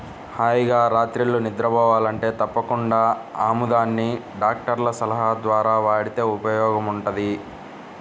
హాయిగా రాత్రిళ్ళు నిద్రబోవాలంటే తప్పకుండా ఆముదాన్ని డాక్టర్ల సలహా ద్వారా వాడితే ఉపయోగముంటది